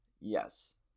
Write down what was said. Yes